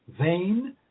vain